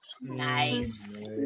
Nice